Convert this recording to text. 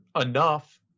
enough